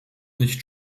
nicht